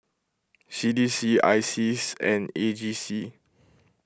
C D C I Seas and A G C